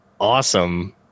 awesome